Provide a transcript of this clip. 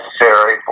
necessary